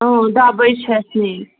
اۭں ڈَبٕے چھِ اَسہِ نِنۍ